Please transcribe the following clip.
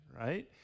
right